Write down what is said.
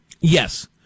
Yes